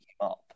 up